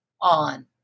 on